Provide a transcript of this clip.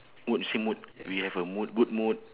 mood see mood we have a mood good mood